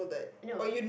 no